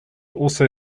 also